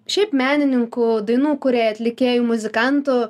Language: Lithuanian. šiaip menininkų dainų kūrėjų atlikėjų muzikantų